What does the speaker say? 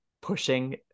pushing